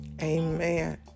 Amen